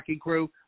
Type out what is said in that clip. crew